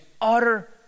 utter